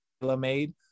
made